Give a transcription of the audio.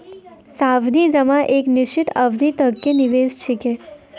सावधि जमा एक निश्चित अवधि तक के निवेश छिकै